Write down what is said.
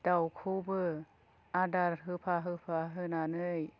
दाउखौबो आदार होफा होफा होनानै